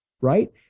Right